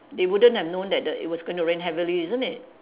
they wouldn't have known that the it was going to rain heavily isn't it